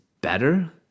better